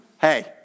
hey